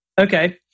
Okay